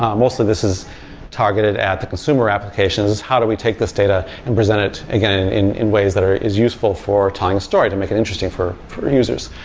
um mostly this is targeted at the consumer applications is how do we take this data and present it again in in ways that is useful for telling a story, to make it interesting for for users.